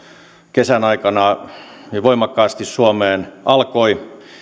kesän aikana hyvin voimakkaasti suomeen alkoi